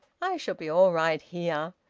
i shall be all right here.